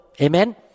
Amen